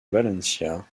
valencia